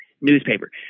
newspaper